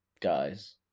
guys